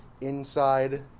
inside